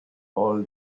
all